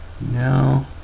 no